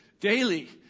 daily